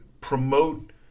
promote